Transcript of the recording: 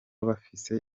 bafise